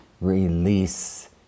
release